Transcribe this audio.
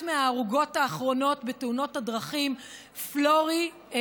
מההרוגות האחרונות בתאונות הדרכים: פלורי,